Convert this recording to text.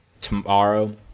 tomorrow